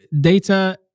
data